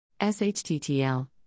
SHTTL